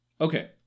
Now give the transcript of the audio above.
okay